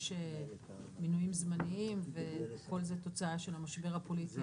יש מינויים זמניים וכל זה תוצאה של המשבר הפוליטי